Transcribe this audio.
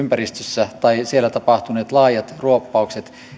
sataman ympäristössä tapahtuneet laajat ruoppaukset